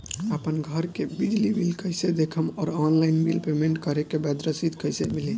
आपन घर के बिजली बिल कईसे देखम् और ऑनलाइन बिल पेमेंट करे के बाद रसीद कईसे मिली?